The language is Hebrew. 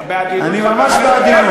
אני ממש בעדינות,